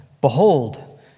Behold